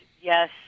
yes